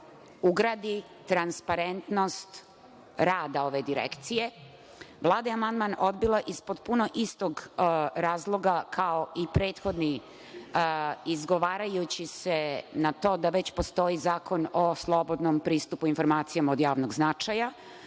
ugradi transparentnost rada ove Direkcije. Vlada je amandman odbila iz potpuno istog razloga kao i prethodni izgovarajući se na to da već postoji Zakon o slobodnom pristupu informacijama od javnog značaja,